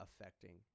affecting